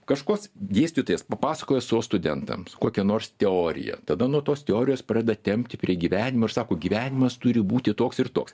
kažkos dėstytojas papasakojo savo studentams kokią nors teoriją tada nuo tos teorijos pradeda tempti prie gyvenimo ir sako gyvenimas turi būti toks ir toks